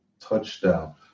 touchdown